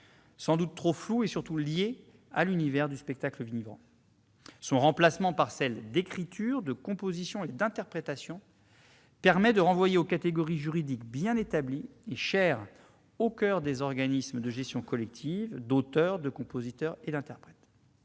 sans doute trop floue et surtout liée à l'univers du spectacle vivant. Son remplacement par celles d'écriture, de composition et d'interprétation permet de renvoyer aux catégories juridiques, bien établies et chères aux organismes de gestion collective, d'auteurs, de compositeurs et d'interprètes.